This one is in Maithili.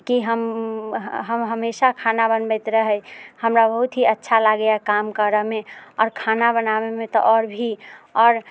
की हम हम हमेशा खाना बनबैत रही हमरा बहुत ही अच्छा लागैये काम करऽमे आओर खाना बनाबैमे तऽ आओर भी आओर